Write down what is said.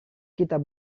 kita